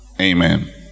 amen